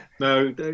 No